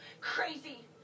Crazy